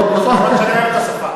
טוב, אף שאני אוהב את השפה.